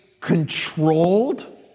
controlled